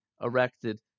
erected